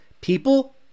People